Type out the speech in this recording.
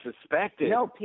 suspected